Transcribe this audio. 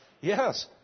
Yes